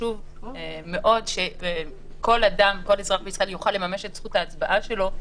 חשוב שכל אזרח בישראל יוכל לממש את זכות ההצבעה שלו,